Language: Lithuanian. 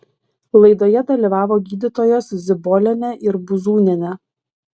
laidoje dalyvavo gydytojos zibolienė ir buzūnienė